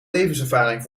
levenservaring